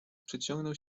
przeciągnął